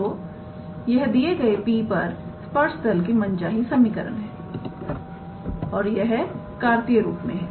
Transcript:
तो यह दिए गए P पर स्पर्श तल की मनचाही समीकरण है और यह कार्तीय रूप में है